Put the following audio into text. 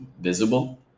visible